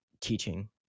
teaching